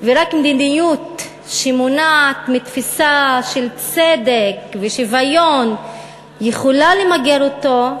ורק מדיניות שמונעת מתפיסה של צדק ושוויון יכולה למגר אותו,